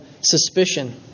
suspicion